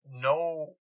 no